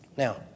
Now